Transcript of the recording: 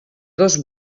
dos